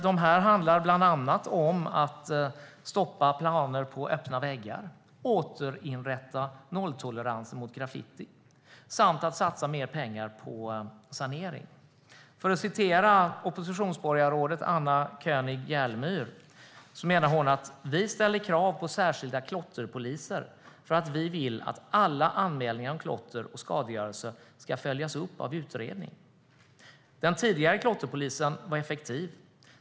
Det handlar bland annat om att stoppa planer på öppna väggar, återinrätta nolltolerans mot graffiti samt satsa mer pengar på sanering. För att citera oppositionsborgarrådet Anna König Jerlmyr: "Vi ställer krav på särskilda klotterpoliser för att vi vill att alla anmälningar om klotter och skadegörelse ska följas upp av utredning. Den tidigare klotterpolisen var effektiv.